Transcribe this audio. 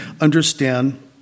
understand